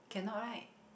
cannot right